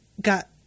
got